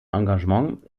engagement